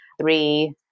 three